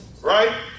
Right